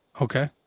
Okay